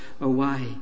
away